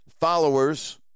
followers